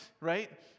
right